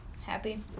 Happy